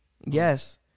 Yes